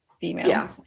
female